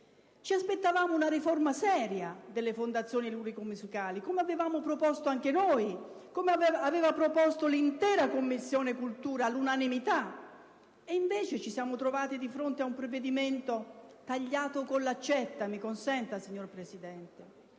Ci aspettavamo una riforma seria delle fondazioni lirico‑musicali, come avevamo proposto anche noi, come aveva proposto l'intera 7a Commissione, all'unanimità, e invece ci siamo trovati di fronte a un provvedimento tagliato con l'accetta - mi consenta, signor Presidente